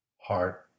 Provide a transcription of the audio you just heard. heart